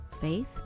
faith